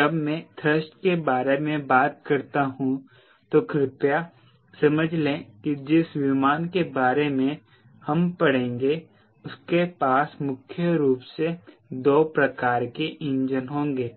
जब मैं थ्रस्ट के बारे में बात करता हूं तो कृपया समझ लें कि जिस विमान के बारे में हम पड़ेंगे उसके पास मुख्य रूप से दो प्रकार के इंजन होंगे